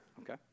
Okay